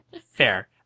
fair